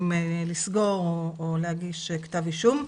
אם לסגור או להגיש כתב אישום.